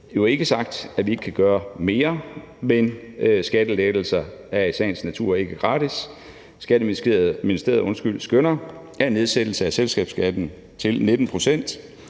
Dermed ikke sagt, at vi ikke kan gøre mere, men skattelettelser er i sagens natur ikke gratis. Skatteministeriet skønner, at en nedsættelse af selskabsskatten til 19 pct.